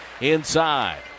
inside